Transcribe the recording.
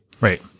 Right